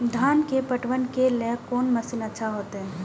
धान के पटवन के लेल कोन मशीन अच्छा होते?